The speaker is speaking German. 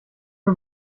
nur